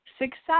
Success